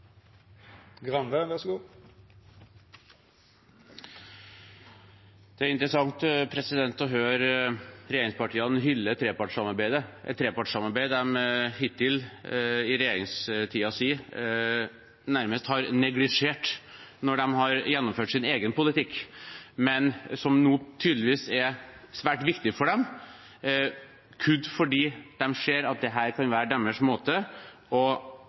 Det er interessant å høre regjeringspartiene hylle trepartssamarbeidet, et trepartssamarbeid de hittil i regjeringstiden sin nærmest har neglisjert når de har gjennomført sin egen politikk. Nå er det tydeligvis svært viktig for dem, kun fordi de ser at dette kan være deres måte å lede fokus bort på, fra det saken faktisk handler om – man bruker tid og